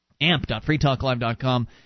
amp.freetalklive.com